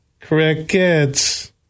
Crickets